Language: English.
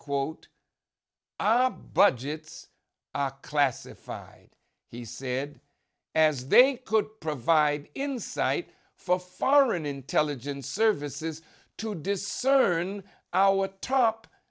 quote up but jets are classified he said as they could provide insight for foreign intelligence services to discern our top